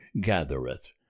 gathereth